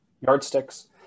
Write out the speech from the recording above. yardsticks